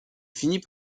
finit